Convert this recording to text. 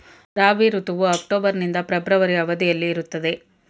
ರಾಬಿ ಋತುವು ಅಕ್ಟೋಬರ್ ನಿಂದ ಫೆಬ್ರವರಿ ಅವಧಿಯಲ್ಲಿ ಇರುತ್ತದೆ